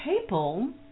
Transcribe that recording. people